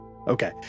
Okay